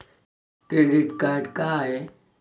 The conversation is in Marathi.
क्रेडिट कार्ड का हाय?